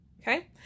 Okay